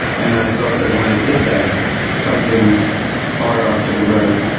and i felt that when i did that, something far off to the right,